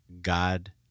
God